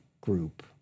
group